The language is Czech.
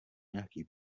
nějaký